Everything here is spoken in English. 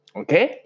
okay